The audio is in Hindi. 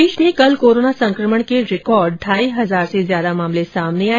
प्रदेश में कल कोरोना संकमण के रिकॉर्ड ढाई हजार से ज्यादा मामले सामने आए